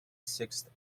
sixth